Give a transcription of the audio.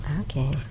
Okay